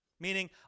Meaning